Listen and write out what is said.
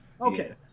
Okay